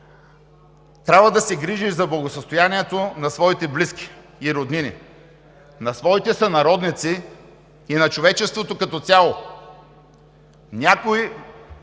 „трябва да се грижиш за благосъстоянието на своите близки и роднини, на своите сънародници и на човечеството като цяло“. Някои,